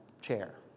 chair